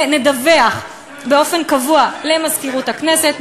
נדווח באופן קבוע למזכירות הכנסת,